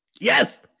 Yes